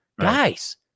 guys